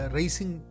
Racing